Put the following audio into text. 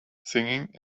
singing